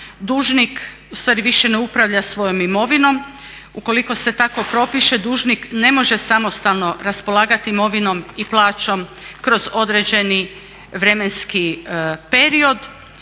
dužnik ustvari više ne upravlja svojom imovinom. Ukoliko se tako propiše, dužnik ne može samostalno raspolagat imovinom i plaćom kroz određeni vremenski period.